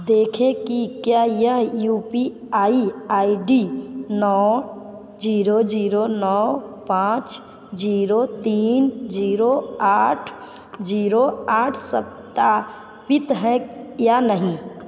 देखें कि क्या यह U P I I D नौ जीरो जीरो नौ पाँच जीरो तीन जीरो आठ जीरो आठ एट द रेट एक्सिस सत्यापित है या नहीं